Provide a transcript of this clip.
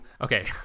Okay